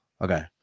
Okay